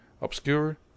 obscure